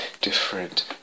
different